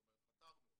זאת אומרת פתרנו אותו.